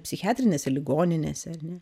psichiatrinėse ligoninėse ar ne